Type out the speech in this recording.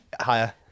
Higher